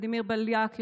ולדימיר בליאק,